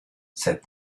said